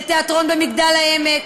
לתיאטרון במגדל-העמק,